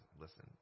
listen